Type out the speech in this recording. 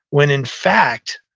when in fact,